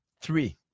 three